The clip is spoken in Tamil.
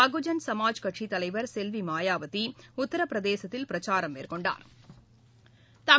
பகுஜன் சமாஜ் கட்சித் தலைவர் செல்வி மாயாவதி உத்திரபிரதேசத்தில் பிரச்சாரம் மேற்கொண்டாா்